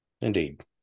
Indeed